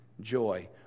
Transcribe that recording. joy